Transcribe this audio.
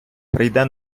прийде